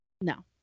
No